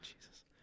Jesus